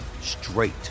straight